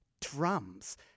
drums